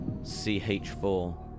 CH4